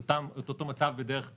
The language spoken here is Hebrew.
אותו מצב בדרך אחרת,